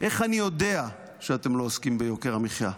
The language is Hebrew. איך אני יודע שאתם לא עוסקים ביוקר המחיה?